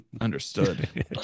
understood